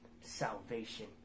salvation